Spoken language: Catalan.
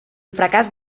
fracàs